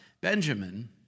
Benjamin